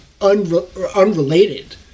unrelated